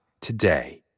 today